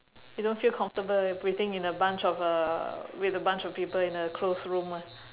you don't feel comfortable breathing in a bunch of uh with a bunch of people in a closed room ah